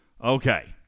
Okay